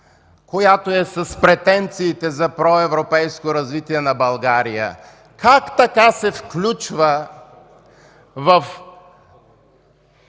която е с претенциите за проевропейско развитие на България, как така се включва в